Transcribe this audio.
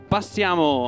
Passiamo